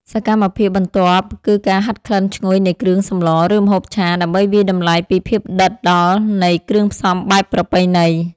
សកម្មភាពបន្ទាប់គឺការហិតក្លិនឈ្ងុយនៃគ្រឿងសម្ល ឬម្ហូបឆា ដើម្បីវាយតម្លៃពីភាពដិតដល់នៃគ្រឿងផ្សំបែបប្រពៃណី។